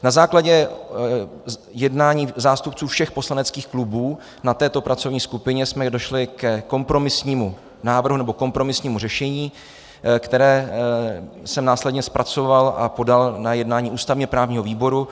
Na základě jednání zástupců všech poslaneckých klubů na této pracovní skupině jsme došli ke kompromisnímu řešení, které jsem následně zpracoval a podal na jednání ústavněprávního výboru.